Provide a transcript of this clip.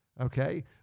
okay